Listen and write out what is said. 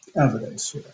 evidence